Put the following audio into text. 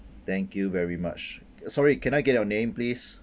thank you very much sorry can I get your name please